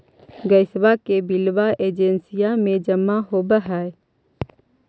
गैसवा के बिलवा एजेंसिया मे जमा होव है?